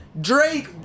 Drake